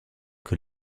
que